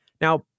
Now